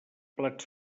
plats